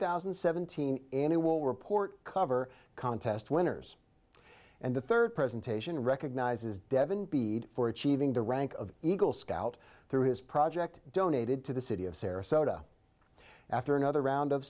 thousand and seventeen and it will report cover contest winners and the third presentation recognizes devon bead for achieving the rank of eagle scout through his project donated to the city of sarasota after another round